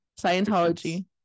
Scientology